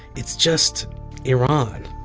it's just iran